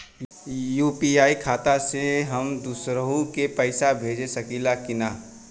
UPI खाता से हम दुसरहु के पैसा भेज सकीला की ना?